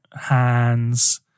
hands